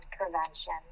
prevention